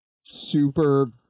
super